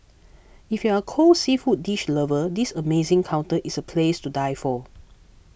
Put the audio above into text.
if you are a cold seafood dish lover this amazing counter is a place to die for